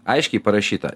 aiškiai parašyta